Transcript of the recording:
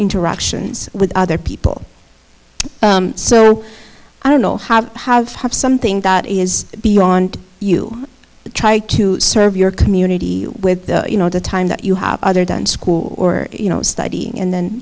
interactions with other people so i don't know how i have something that is beyond you try to serve your community with you know the time that you have other done school or you know studying and then